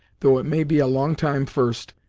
though it may be a long time first,